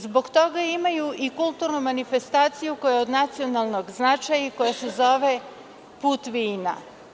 Zbog toga imaju i kulturnu manifestaciju koja je od nacionalnog značaja i koja se zove – Put vina.